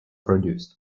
produced